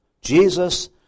Jesus